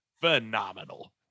phenomenal